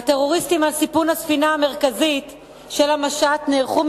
הטרוריסטים על סיפון הספינה המרכזית של המשט נערכו